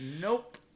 Nope